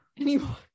anymore